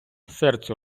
серцю